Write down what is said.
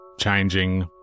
changing